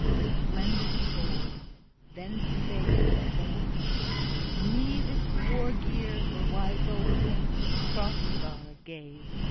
the splendid sword then spake in form me this war-gear the wise old prince, hrothgar, gave,